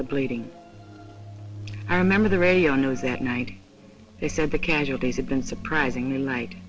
the bleeding i remember the radio news that night they said the casualties have been surprising you night